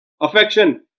affection